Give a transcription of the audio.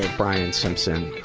brian simpson, who,